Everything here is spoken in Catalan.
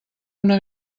una